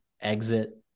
exit